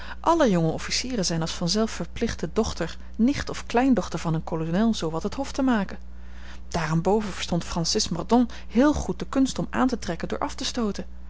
alle jonge officieren zijn als vanzelf verplicht de dochter nicht of kleindochter van hun kolonel zoo wat het hof te maken daarenboven verstond francis mordaunt heel goed de kunst om aan te trekken door af te stooten